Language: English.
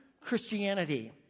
Christianity